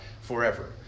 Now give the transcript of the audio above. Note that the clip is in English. forever